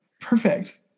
Perfect